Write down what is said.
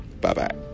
Bye-bye